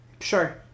Sure